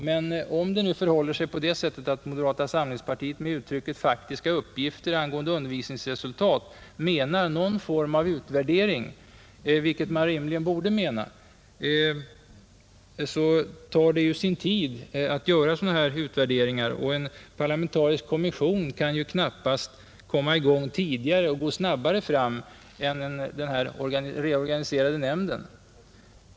Men om nu moderata samlingspartiet med uttrycket ”faktiska uppgifter angående undervisningsresultatet” menar någon form av utvärdering, vilket man rimligen borde mena, så tar ju en sådan sin tid, och en parlamentarisk kommission kan knappast komma i gång tidigare och snabbare genomföra arbetet än den reorganiserade nämnden.